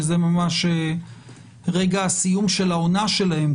שזה ממש רגע הסיום של העונה שלהם,